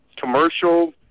commercial